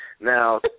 Now